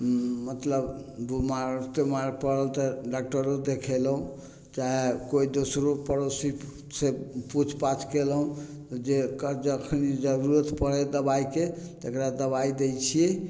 मतलब बीमार तीमार पड़ल तऽ डाक्टरो देखेलहुँ चाहे कोइ दोसरो पड़ोसीसँ पूछ पाछ कयलहुँ जकर जखनी जरूरत पड़य दबाइके तकरा दबाइ दै छियै